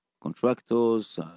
contractors